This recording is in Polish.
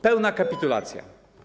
Pełna kapitulacja.